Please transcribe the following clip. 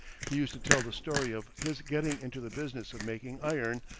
he used to tell the story of his getting into the business of making iron,